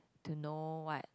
to know what